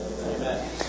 Amen